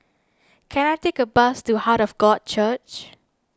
can I take a bus to Heart of God Church